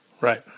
Right